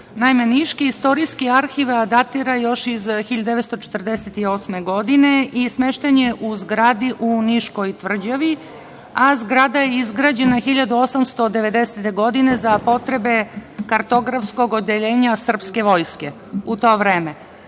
niški Istorijski arhiv datira još iz 1948. godine i smešten je u zgradi u Niškoj tvrđavi, a zgrada je izgrađena 1890. godine za potrebe kartografskog odeljenja srpske vojske u to vreme.